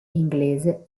inglese